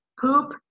poop